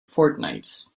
fortnight